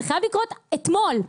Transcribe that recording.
זה חייב לקרות אתמול.